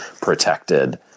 protected